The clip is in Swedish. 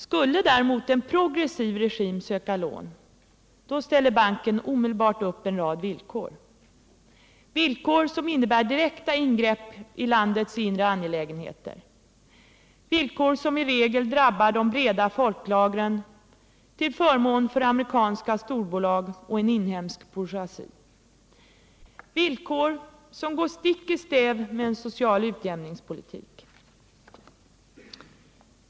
Skulle däremot en progressiv regim söka lån ställer banken omedelbart upp en rad villkor, som innebär direkta ingrepp i landets inre angelägenheter, villkor som i regel drabbar de breda folklagren till förmån för amerikanska storbolag och inhemsk bourgeoisie, villkor som går stick i stäv med en social utjämningspolitik.